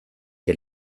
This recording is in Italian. che